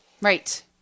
Right